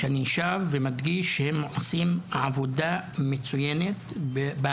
שאני שב ומדגיש שעושים עבודה מצוינת תחת